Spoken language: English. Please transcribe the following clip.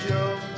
Joe